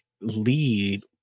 lead